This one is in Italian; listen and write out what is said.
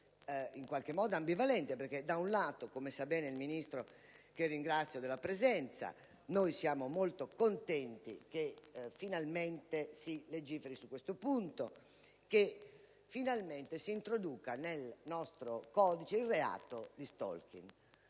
in qualche modo ambivalente. Come sa bene il Ministro (che ringrazio per la presenza), noi siamo molto contenti che finalmente si legiferi su questo punto e che finalmente si introduca nel nostro codice il reato di *stalking*.